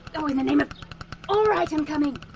oh in the name of alright, i'm coming,